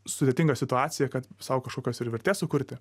sudėtingą situaciją kad sau kažkokios ir vertės sukurti